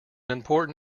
important